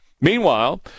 Meanwhile